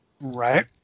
Right